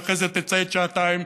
ואחרי זה תצייץ שעתיים,